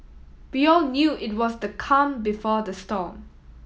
we all knew it was the calm before the storm